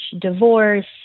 divorce